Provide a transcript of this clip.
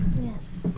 Yes